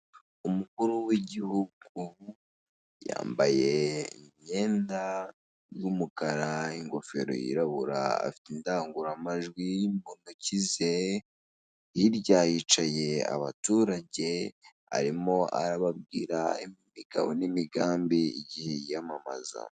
Umukuru w'igihugu yambaye imyenda y'umukara ingofero yirabura afite indangururamajwi mu ntoki ze, hirya hicaye abaturage arimo arababwira imigabo n'imigambi yiyamamaza.